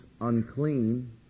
unclean